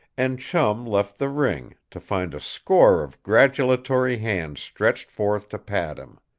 and chum left the ring, to find a score of gratulatory hands stretched forth to pat him.